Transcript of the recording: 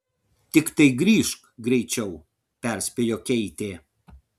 tiktai grįžk greičiau perspėjo keitė